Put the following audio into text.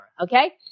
Okay